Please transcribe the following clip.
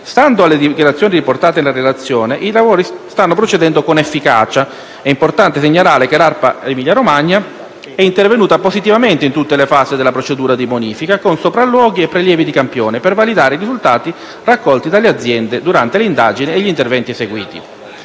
Stando alle dichiarazioni riportate nella relazione, i lavori stanno procedendo con efficacia. È importante segnalare che l'ARPA Emilia-Romagna è intervenuta positivamente in tutte le fasi della procedura di bonifica, con sopralluoghi e prelievi di campioni per validare i risultati raccolti dalle aziende durante le indagini e gli interventi eseguiti.